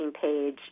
page